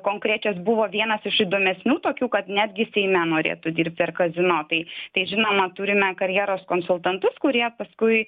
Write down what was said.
konkrečios buvo vienas iš įdomesnių tokių kad netgi seime norėtų dirbti ar kazino tai tai žinoma turime karjeros konsultantus kurie paskui